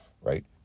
right